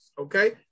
okay